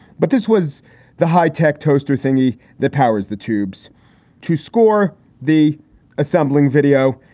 but this was the high tech toaster thingy that powers the tubes to score the assembling video.